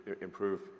improve